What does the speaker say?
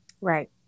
Right